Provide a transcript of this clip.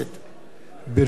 ברשות יושב-ראש הכנסת,